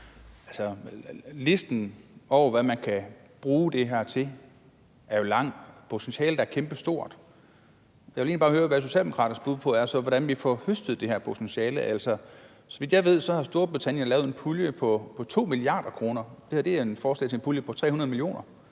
Altså, listen over, hvad man kan bruge det her til, er jo lang, og potentialet er kæmpestort. Jeg vil egentlig bare høre, hvad Socialdemokraternes bud på, hvordan vi får høstet det her potentiale, så er. Så vidt jeg ved, har Storbritannien lavet en pulje på 2 mia. kr., og det her er et forslag om en pulje på 300 mio.